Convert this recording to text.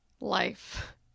life